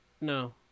No